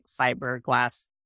fiberglass